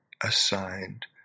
assigned